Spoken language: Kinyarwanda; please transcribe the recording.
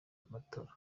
matola